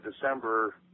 December